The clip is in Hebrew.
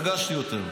פגשתי אותם.